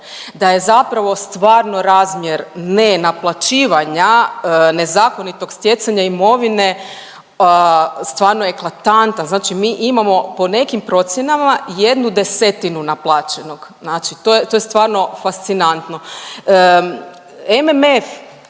da je zapravo stvarno razmjer nenaplaćivanja nezakonitog stjecanja imovine stvarno eklatantan, znači mi imamo po nekim procjenama 1/10 naplaćenog, znači to je, to je stvarno fascinantno. MMF